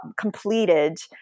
completed